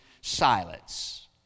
silence